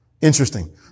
Interesting